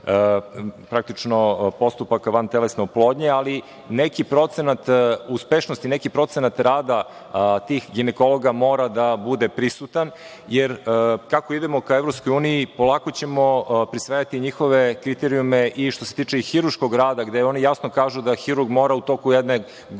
praktično, postupaka vantelesne oplodnje, ali neki procenat uspešnosti, neki procenat rada tih ginekologa mora da bude prisutan jer kako idemo ka EU lako ćemo usvajati njihove kriterijume i što se tiče i hirurškog rada gde oni jasno kažu da hirurg mora u toku jedne